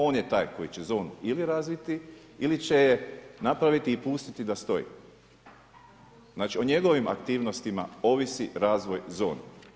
On je taj koji će zonu ili razviti ili će je napraviti i pustiti da stoji, znači o njegovim aktivnostima ovisi razvoj zone.